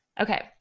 Okay